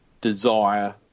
desire